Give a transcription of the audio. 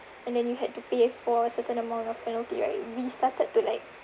and then you had to pay for a certain amount of penalty right we started to like